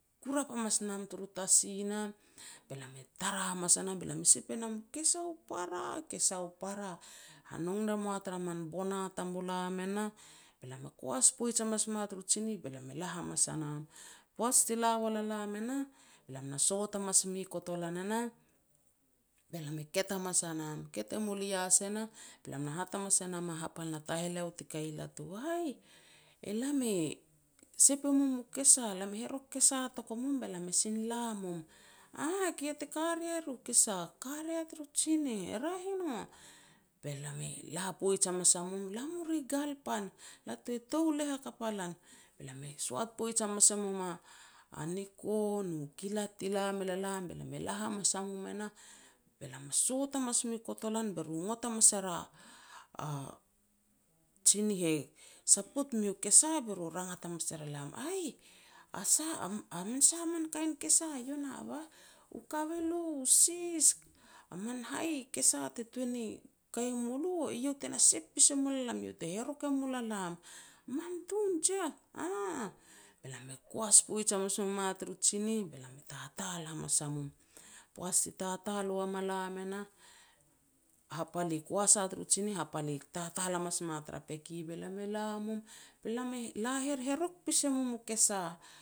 kurap hamas nam taru tasi nah, be lam e tara hamas a nam be lam sep e nam kesa u para, kesa u para. Hanong remoa tar min bona tamulam e nah, be lam e koas poij hamas moa turu tsinih e nah, be lam ela hamas a nam. Poaj ti la wal a lam e nah, be lam na sot mui kotolan e nah, be lam e ket hamas a nam. Ket e mul i ias e nah, be lam na hat hamas e nam a hapal na taheleo ti kei latu nah, "Aih, elam e sep e mum u kesa, lam herok kesa toko mum, be lam e sin la mum, "Aah, ki iah te ka rea rea kesa?" "Ka rea turu tsinih, "E raeh i no." Be lam e la poij hamas a mum, "La mu ri gal pan, latu e touleh hakap a lan." Be lam e soat poij hamas e mum a-a niko nu kilat ti la mel a lam, be lam e la hamas a mum e nah, be lam e sot hamas mui kotolan be ru e ngot hamas er a-a tsinih i saput miu kesa be ru rangat hamas er elam. "Aih, a sa am a min sa min kain kesa io nah bah?" "U kabelo, u sis, a man hai kesa te tuan ni kai mulo, eiou te na sep pis e mul a lam, eiou te herok e mul a lam", "Man tun jiah!" "Aah." Be lam e koas poij hamas mum a turu tsinih, be lam e tatal hamas a mum. Poaj ti tatal ua ma lam e nah, hapal i koas a tur tsinih hapal i tatal namas ma tar peke, be lam e la mum, be lam e la herherok pas e mum u kesa.